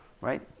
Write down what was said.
right